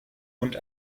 und